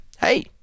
hey